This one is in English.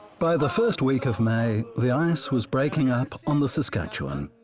by the first week of may, the ice was breaking up on the saskatchewan.